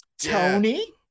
Tony